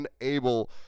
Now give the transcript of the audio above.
unable